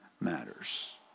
matters